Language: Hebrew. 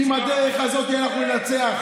ועם הדרך הזאת אנחנו ננצח.